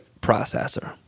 processor